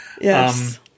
yes